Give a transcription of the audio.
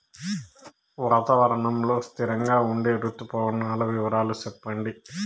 వాతావరణం లో స్థిరంగా ఉండే రుతు పవనాల వివరాలు చెప్పండి?